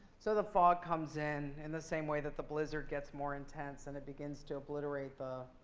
so the fog comes in in the same way that the blizzard gets more intense. and it begins to obliterate the